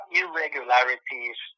irregularities